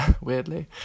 weirdly